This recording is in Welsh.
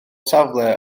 safle